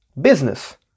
business